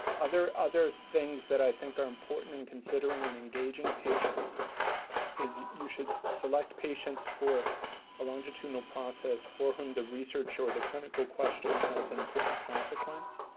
other other things that i think are important in considering and engaging patients is that you should select patients for longitudinal process for whom the research or the clinical question has important consequence.